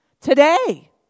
today